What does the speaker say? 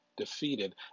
defeated